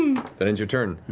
that ends your turn.